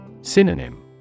Synonym